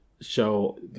show